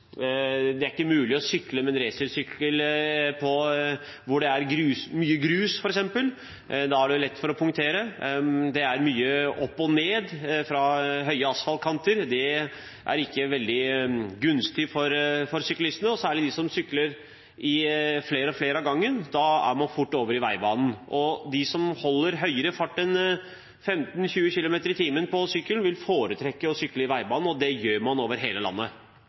Det er ikke mulig å sykle med en racersykkel der det er mye grus f.eks. Da er det lett å punktere. Det er mye opp og ned fra høye asfaltkanter. Det er ikke veldig gunstig for syklistene, særlig der flere sykler sammen. Da havner man fort over i veibanen. De som holder høyere fart enn 15–20 km/t på sykkel, vil foretrekke å sykle i veibanen, og det gjør man over hele landet.